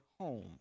home